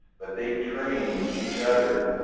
but they train each other.